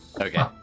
Okay